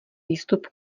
výstup